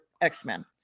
x-men